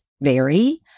vary